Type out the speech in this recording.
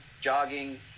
jogging